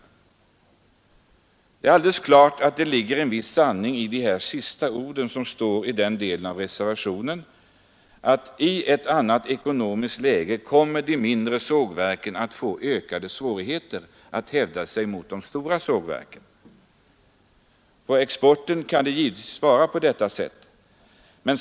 Det ligger alldeles klart en viss sanning i vad som sägs om de mindre sågverken i denna del av reservationen: ”Detta betyder att de senare i ett annat ekonomiskt läge kommer att få ökade svårigheter att hävda sig mot de stora sågverken.” För exportföretagen kan det givetvis vara på detta sätt.